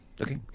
Okay